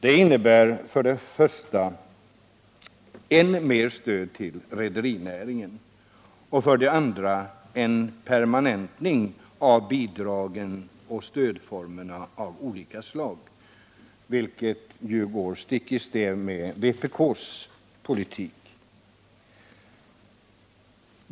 Det innebär för det första ett än större stöd till rederinäringen och för det andra en permanentning av bidrag och stödformer av olika slag, något som går stick i stäv med vpk:s politik.